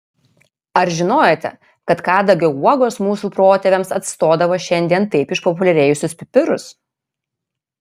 ar žinojote kad kadagio uogos mūsų protėviams atstodavo šiandien taip išpopuliarėjusius pipirus